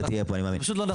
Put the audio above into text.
זה פשוט לא נכון.